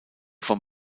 vom